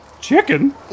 chicken